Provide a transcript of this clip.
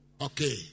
Okay